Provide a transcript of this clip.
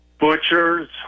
butchers